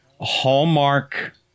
hallmark